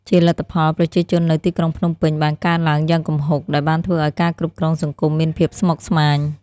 ជាលទ្ធផល ប្រជាជននៅទីក្រុងភ្នំពេញបានកើនឡើងយ៉ាងគំហុក ដែលបានធ្វើឲ្យការគ្រប់គ្រងសង្គមមានភាពស្មុគស្មាញ។